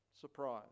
surprise